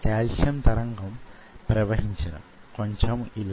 ఒక సారి దీన్ని మైక్రో స్థాయికి దించాననుకొండి